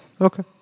Okay